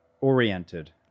oriented